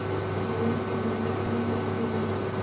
निवेश की क्षमता क्या हो सकती है?